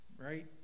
right